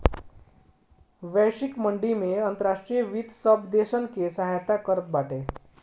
वैश्विक मंदी में अंतर्राष्ट्रीय वित्त सब देसन के सहायता करत बाटे